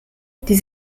die